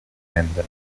händen